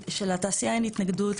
שלתעשייה אין התנגדות,